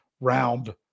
round